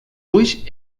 ulls